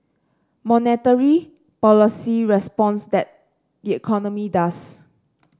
monetary policy responds tat the economy does